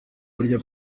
burya